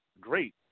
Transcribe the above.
great